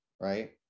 right